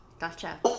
gotcha